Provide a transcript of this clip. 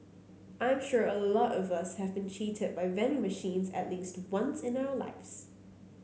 I'm sure a lot of us have been cheated by vending machines at least once in our lives